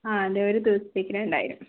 ആ അതേ ഒരു ദിവസത്തേക്ക് രണ്ടായിരം